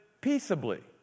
peaceably